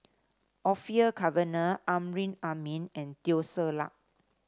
Orfeur Cavenagh Amrin Amin and Teo Ser Luck